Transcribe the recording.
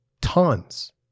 tons